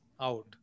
out